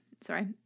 sorry